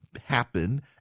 happen